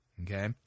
Okay